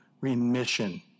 remission